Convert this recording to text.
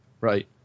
right